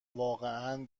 واقعا